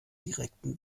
direkten